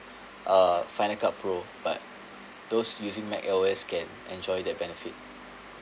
uh final cut pro but those using mac O_S can enjoy that benefit